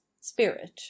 Spirit